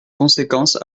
conséquence